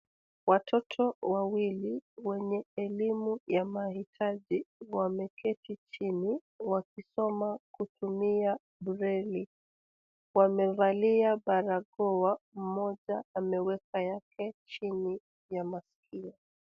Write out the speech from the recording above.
Watoto wawili wenye elimu ya mahitaji, wameketi chini wakisoma kutumia brelli. Wamevalia barakoa, mmoja ameweka yake chini ya masikio.